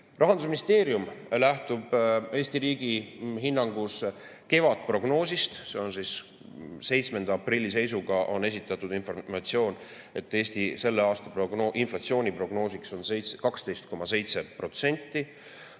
Rahandusministeerium lähtub Eesti riigi hinnangus kevadprognoosist. 7. aprilli seisuga on esitatud informatsioon, et Eesti selle aasta inflatsiooniprognoos on 12,7%.